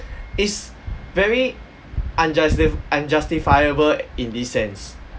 is very unjustif~ unjustifiable in this sense